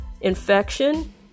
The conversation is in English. infection